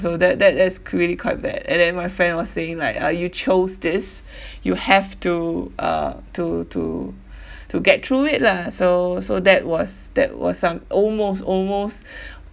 so that that that is really quite bad and then my friend was saying like uh you chose this you have to uh to to to get through it lah so so that was that was some almost almost